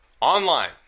online